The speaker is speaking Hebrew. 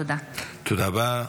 תודה רבה.